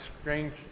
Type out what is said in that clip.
strange